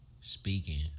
speaking